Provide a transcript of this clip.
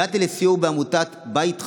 הגעתי לסיור בעמותת בית חם,